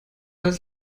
als